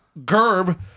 Gerb